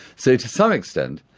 so to some extent,